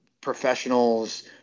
professionals